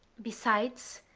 besides,